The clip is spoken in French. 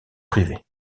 privés